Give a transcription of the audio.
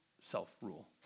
self-rule